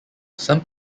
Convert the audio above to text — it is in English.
some